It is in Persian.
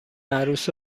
عروس